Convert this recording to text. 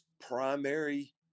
primary